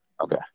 okay